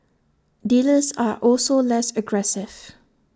dealers are also less aggressive